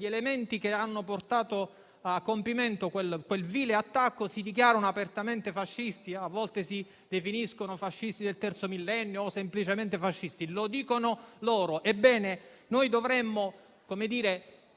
elementi che hanno portato a compimento quel vile attacco, che si dichiarano apertamente fascisti. A volte si definiscono fascisti del terzo millennio o semplicemente fascisti: lo dicono loro. Ebbene, non dovremmo consentire